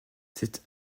cette